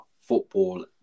Football